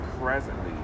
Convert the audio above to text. presently